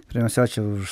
pirmiausia ačiū už